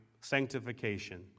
sanctification